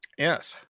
Yes